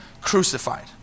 crucified